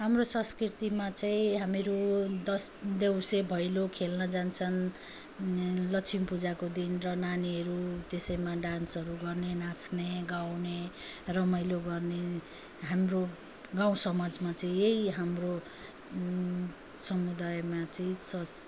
हाम्रो संस्कृतिमा चाहिँ हामीहरू दस देउसे भैलो खेल्न जान्छन् लक्ष्मी पूजाको दिन र नानीहरू त्यसैमा डान्सहरू गर्ने नाच्ने गाउने रमाइलो गर्ने हाम्रो गाउँ समाजमा चाहिँ यही हाम्रो समुदायमा चाहिँ संस